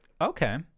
Okay